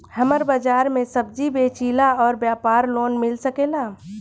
हमर बाजार मे सब्जी बेचिला और व्यापार लोन मिल सकेला?